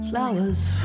Flowers